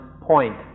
point